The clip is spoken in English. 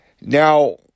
Now